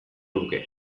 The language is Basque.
luke